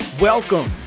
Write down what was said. Welcome